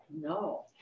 No